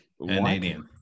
Canadian